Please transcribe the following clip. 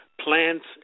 plants